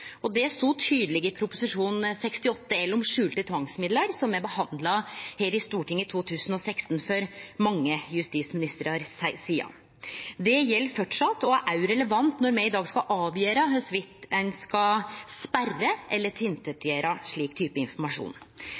og det stod tydeleg i Prop. 68 L for 2015–2016, om skjulte tvangsmiddel, som me behandla her i Stortinget i 2016 – for mange justisministrar sidan. Det gjeld framleis og er òg relevant når me i dag skal avgjere om ein skal sperre eller slette den typen informasjon.